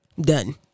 Done